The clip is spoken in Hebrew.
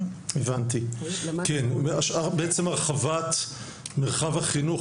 בעצם הרחבת מרחב החינוך,